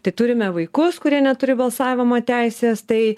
tai turime vaikus kurie neturi balsavimo teisės tai